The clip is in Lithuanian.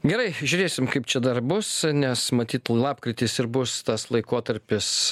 gerai žiūrėsim kaip čia dar bus nes matyt lapkritis ir bus tas laikotarpis